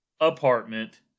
apartment